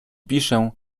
piszę